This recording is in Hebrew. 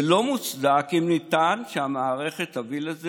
זה לא מוצדק אם נטען שהמערכת תביא לזה